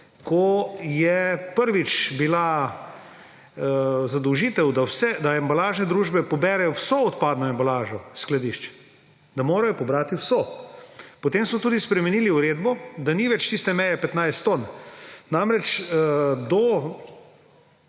ko je bila prvič zadolžitev, da embalažne družbe poberejo vso odpadno embalažo iz skladišč, da morajo pobrati vso. Potem smo tudi spremenili uredbo, da ni več tiste meje 15 ton. Namreč, do